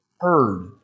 heard